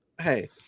hey